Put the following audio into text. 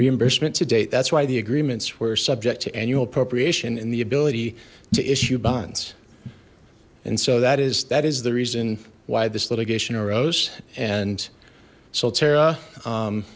reimbursement to date that's why the agreements were subject to annual appropriation and the ability to issue bonds and so that is that is the reason why this litigation arose and